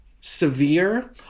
severe